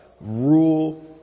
rule